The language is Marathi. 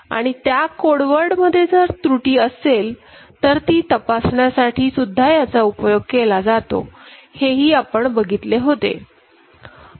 आणि त्या कोडवर्ड मध्ये जर त्रुटी असेल तर ती तपासण्यासाठी याचा उपयोग केला जातोहेही आपण बघितले होते